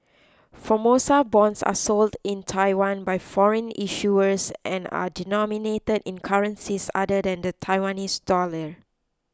Formosa bonds are sold in Taiwan by foreign issuers and are denominated in currencies other than the Taiwanese dollar